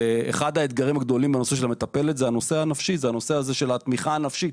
אחד האתגרים הגדולים עבור מטפלת הוא הנושא של תמיכה נפשית,